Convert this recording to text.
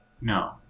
No